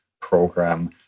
program